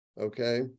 okay